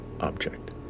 object